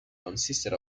consisted